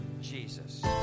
Jesus